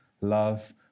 Love